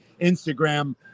Instagram